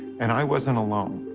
and i wasn't alone.